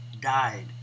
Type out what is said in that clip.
died